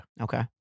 Okay